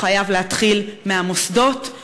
הוא חייב להתחיל מהמוסדות.